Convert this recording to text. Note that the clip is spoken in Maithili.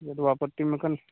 जदुआपट्टीमे कोन्ने